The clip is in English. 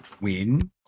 win